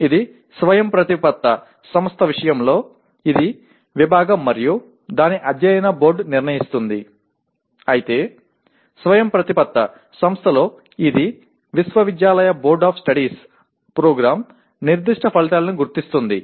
ఇది స్వయంప్రతిపత్త సంస్థ విషయంలో ఇది విభాగం మరియు దాని అధ్యయన బోర్డు నిర్ణయిస్తుంది అయితే స్వయంప్రతిపత్త కాని సంస్థలో ఇది విశ్వవిద్యాలయ బోర్డ్ ఆఫ్ స్టడీస్ ప్రోగ్రామ్ నిర్దిష్ట ఫలితాలను గుర్తిస్తుంది